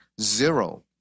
zero